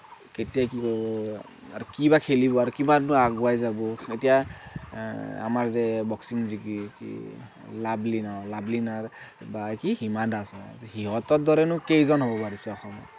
কেতিয়া কি আৰু কি বা খেলিব কিমাননো আগুৱাই যাব এতিয়া আমাৰ যে বক্সিং জিকি লাভলীনাৰ লাভলীনাৰ বা কি হীমা দাস হয় সিহঁতৰ দৰেনো কেইজন হ'ব পাৰিছে অসমত